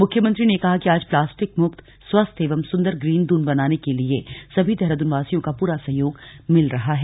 मुख्यमंत्री ने कहा कि आज प्लास्टिक मुक्त स्वस्थ एवं सुन्दर ग्रीन दून बनाने के लिए सभी देहरादून वासियों का पूरा सहयोग मिल रहा है